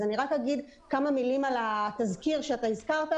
אז אני רק אגיד כמה מילים על התזכיר שהזכרת,